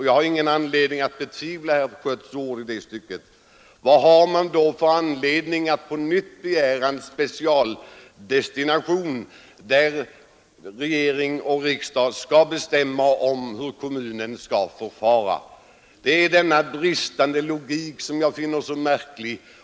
Jag har ingen anledning att tvivla på herr Schötts ord i det fallet, men vad har man i så fall för anledning att på nytt begära en specialreglering, där regering och riksdag skall bestämma hur kommunen skall förfara? Det är denna bristande logik som jag finner märklig.